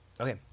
okay